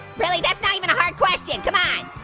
really? that's not even a hard question. coem on.